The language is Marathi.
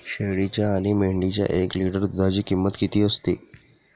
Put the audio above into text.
शेळीच्या आणि मेंढीच्या एक लिटर दूधाची किंमत किती असते?